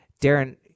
Darren